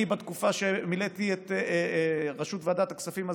אני, בתקופה שמילאתי, בראשות ועדת הכספים הזמנית,